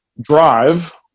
drive